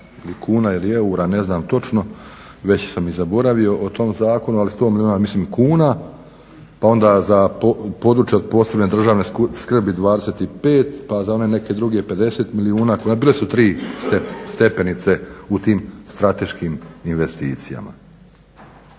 kuna ili eura, ne znam točno, već sam i zaboravio o tom zakonu, ali 100 milijuna, mislim kuna. Pa onda za područje od posebne državne skrbi 25, pa za one neke druge 50 milijuna, bile su tri stepenice u tim strateškim investicijama.